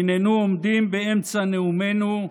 היננו עומדים באמצע נאומנו,